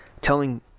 telling